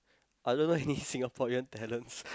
I don't know any Singaporean talents